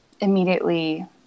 Immediately